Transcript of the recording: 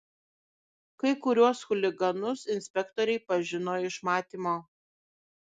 kai kuriuos chuliganus inspektoriai pažino iš matymo